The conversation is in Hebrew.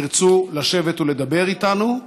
ירצו לשבת ולדבר איתנו,